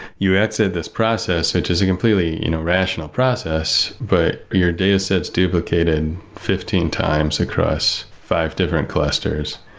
you exit this process, which is a completely you know rational process, but your dataset is duplicated fifteen times across five different clusters.